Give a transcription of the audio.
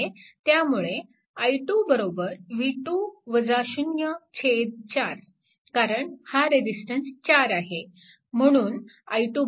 त्यामुळे i2 4 कारण हा रेजिस्टन्स 4 आहे